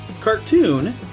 cartoon